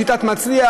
בשיטת "מצליח",